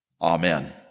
Amen